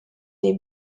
des